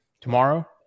tomorrow